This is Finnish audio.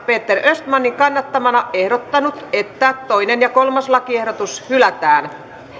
peter östmanin kannattamana ehdottanut että toinen ja kolmas lakiehdotus hylätään